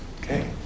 Okay